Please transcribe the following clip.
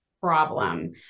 problem